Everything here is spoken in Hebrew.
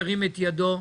ירים את ידו.